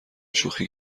شوخی